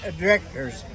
directors